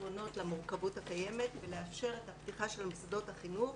פתרונות למורכבות הקיימת ולאפשר את הפתיחה של מוסדות החינוך